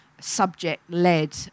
subject-led